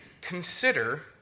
consider